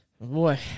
Boy